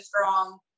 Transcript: strong